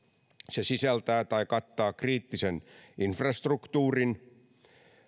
se sisältää tai kattaa kriittisen infrastruktuurin